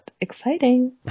exciting